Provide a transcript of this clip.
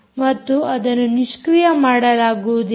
ಮತ್ತು ಅದನ್ನು ನಿಷ್ಕ್ರಿಯ ಮಾಡಲಾಗುವುದಿಲ್ಲ